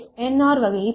R வகையைப் பெறுங்கள்